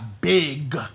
big